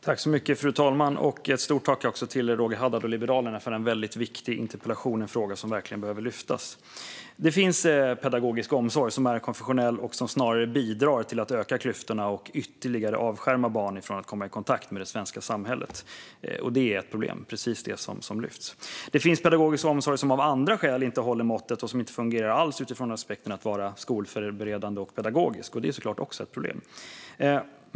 Fru talman! Jag vill skicka ett stort tack till Roger Haddad och Liberalerna för en väldigt viktig interpellation om en fråga som verkligen behöver lyftas upp. Det finns pedagogisk omsorg som är konfessionell och som snarare bidrar till att öka klyftorna och ytterligare avskärma barn från att komma i kontakt med det svenska samhället, och det är ett problem. Det är precis det som lyfts upp här. Det finns pedagogisk omsorg som av andra skäl inte håller måttet och som inte fungerar alls utifrån aspekten att vara skolförberedande. Det är såklart också ett problem.